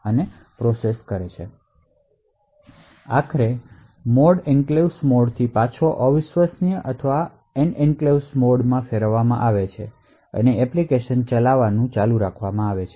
અને આખરે mode enclaves મોડથી પાછો અવિશ્વસનીય અથવા નોન એન્ક્લેવ્સ મોડ પર ફેરવવામાં આવે છે અને એપ્લિકેશન ચલાવવાનું ચાલુ છે